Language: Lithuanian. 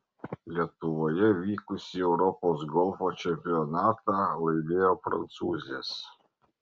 lietuvoje vykusį europos golfo čempionatą laimėjo prancūzės